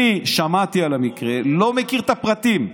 אני שמעתי על המקרה, לא מכיר את הפרטים.